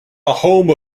home